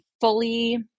fully